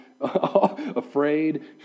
afraid